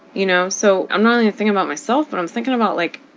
you know? so i'm not only thinking about myself, but i'm thinking about, like,